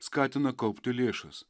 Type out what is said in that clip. skatina kaupti lėšas